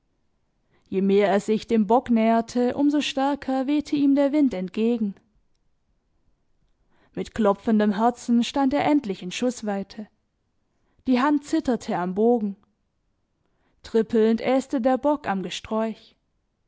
je mehr er sich dem bock näherte um so stärker wehte ihm der wind entgegen mit klopfendem herzen stand er endlich in schußweite die hand zitterte am bogen trippelnd äste der bock am gesträuch